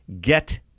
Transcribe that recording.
Get